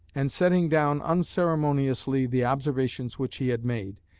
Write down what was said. and setting down unceremoniously the observations which he had made,